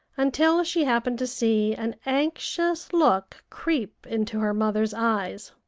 until she happened to see an anxious look creep into her mother's eyes.